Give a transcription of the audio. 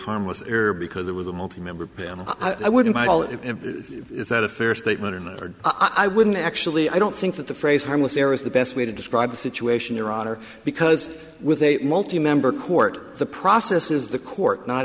harmless error because there was a multi member but i wouldn't call it is that a fair statement or not i wouldn't actually i don't think that the phrase harmless error is the best way to describe the situation your honor because with a multi member court the process is the court not